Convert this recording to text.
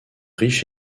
riche